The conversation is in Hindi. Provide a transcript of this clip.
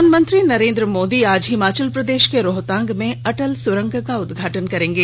प्रधानमंत्री नरेंद्र मोदी आज हिमाचल प्रदेश के रोहतांग में अटल सुरंग का उद्घाटन करेंगे